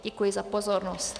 Děkuji za pozornost.